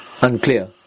unclear